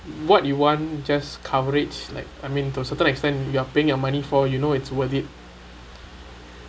what you want just coverage like I mean to a certain extent you are paying your money for you know it's worth it